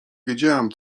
wiedziałem